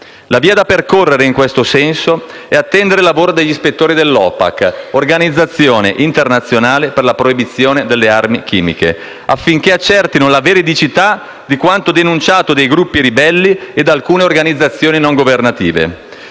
La via da percorrere in questo senso è attendere il lavoro degli ispettori dell'Organizzazione per la proibizione delle armi chimiche (OPAC), affinché accertino la veridicità di quanto denunciato dai gruppi ribelli e da alcune organizzazioni non governative.